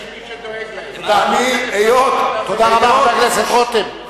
יש מי שדואג להם, חבר הכנסת רותם, תודה רבה.